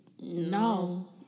No